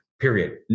Period